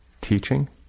Teaching